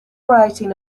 writing